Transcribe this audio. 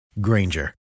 Granger